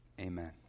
Amen